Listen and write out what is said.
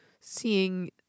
seeing